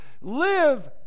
live